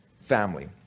family